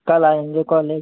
कल आएंगे कॉलेज